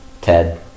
Ted